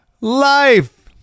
Life